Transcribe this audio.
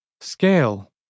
Scale